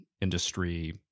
industry